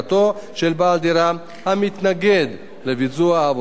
בעל דירה המתנגד לביצוע העבודה כאמור.